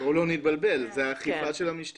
בואו לא נתבלבל, זה האכיפה של המשטרה.